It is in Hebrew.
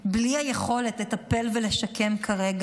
ובלי יכולת לטפל בהם ולשקם כרגע,